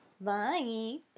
Bye